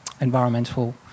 Environmental